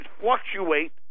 fluctuate